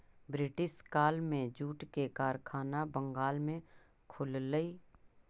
British काल में jute के कारखाना बंगाल में खुललई